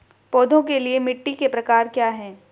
पौधों के लिए मिट्टी के प्रकार क्या हैं?